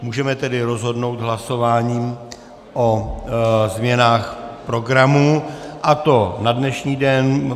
Můžeme tedy rozhodnout v hlasování o změnách programu, a to na dnešní den.